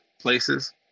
places